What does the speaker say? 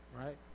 right